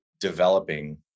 developing